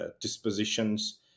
dispositions